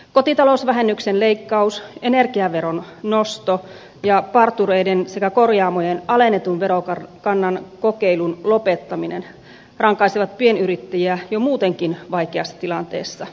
kotitalousvähennyksen leikkaus energiaveron nosto ja partureiden sekä korjaamojen alennetun verokannan kokeilun lopettaminen rankaisevat pienyrittäjiä jo muutenkin vaikeassa tilanteessa